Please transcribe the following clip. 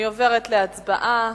אני עוברת להצבעה.